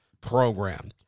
program